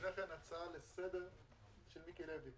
לפני כן הצעה לסדר של מיקי לוי.